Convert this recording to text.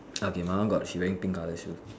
okay my one got she wearing pink colour shoes